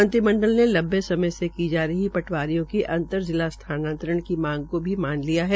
मंत्रिमंडल ने लंबे समय से की जा रही पटावारियों की अंर्त जिला स्थानातरण की मांग को भी मान लिया है